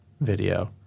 video